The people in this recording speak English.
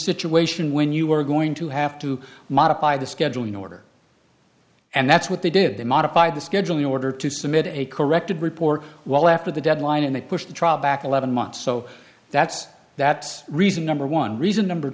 situation when you are going to have to modify the scheduling order and that's what they did they modify the schedule in order to submit a corrected report well after the deadline and they pushed the trial back eleven months so that's that's reason number one reason number